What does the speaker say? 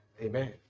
Amen